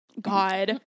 God